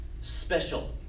special